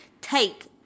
take